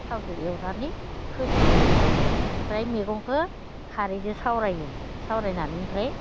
थावजों एवनानै होस्रोयो बेनिफ्राय मैगंखौ खारैजों सावरायो सावरायनानै ओमफ्राय